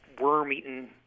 worm-eaten